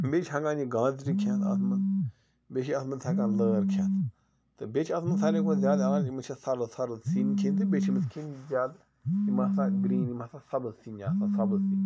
بیٚیہِ چھِ ہٮ۪کان یہِ گازرِ کھٮ۪تھ اَتھ منٛز بیٚیہِ چھِ اَتھ منٛز ہٮ۪کان لٲر کھٮ۪تھ تہٕ بیٚیہِ چھِ اَتھ منٛز ساروی کھۄتہٕ زیادٕ علاج أمِس چھِ سَرٕد سَرٕد سِنۍ کھیٚنۍ تہٕ بیٚیہِ چھِ أمِس کھیٚنۍ زیادٕ یِم ہَسا گرٛیٖن یِم ہَسا سَبٕز سِنۍ آسان سَبٕز سِنۍ